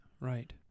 Right